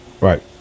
Right